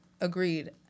Agreed